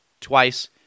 twice